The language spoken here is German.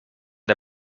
der